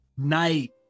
Night